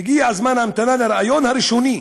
מגיע זמן ההמתנה לריאיון הראשוני